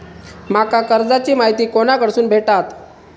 माका कर्जाची माहिती कोणाकडसून भेटात?